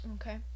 okay